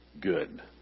good